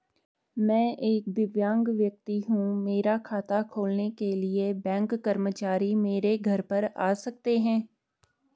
मैं एक दिव्यांग व्यक्ति हूँ मेरा खाता खोलने के लिए बैंक कर्मचारी मेरे घर पर आ सकते हैं?